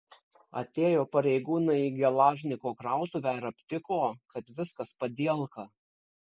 atėjo pareigūnai į gelažniko krautuvę ir aptiko kad viskas padielka